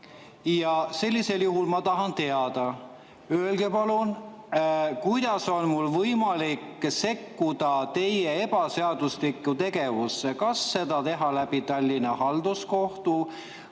Sellisel juhul ma tahan teada: öelge palun, kuidas on mul võimalik sekkuda teie ebaseaduslikku tegevusse. Kas seda [tuleks] teha Tallinna Halduskohtu